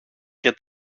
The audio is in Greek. και